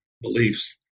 beliefs